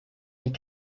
wie